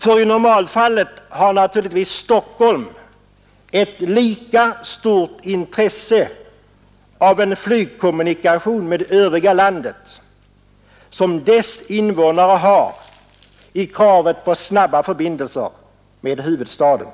I normalfallet har naturligtvis Stockholm ett lika stort intresse av en flygkommunikation med det övriga landet som invånarna där har för snabba förbindelser med huvudstaden.